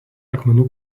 akmenų